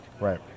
Right